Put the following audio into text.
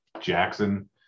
Jackson